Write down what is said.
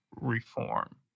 reform